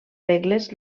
regles